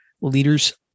Leaders